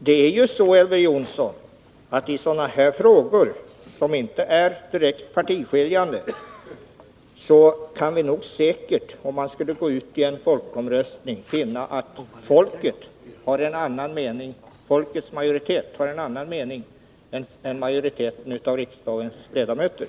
Det är så, Elver Jonsson, att om vi när det gäller sådana här frågor, som inte är direkt partiskiljande, skulle gå ut med en folkomröstning, skulle vi säkert finna att folkets majoritet har en annan mening än majoriteten av Nr 115 riksdagens ledamöter.